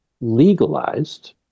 legalized